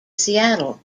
seattle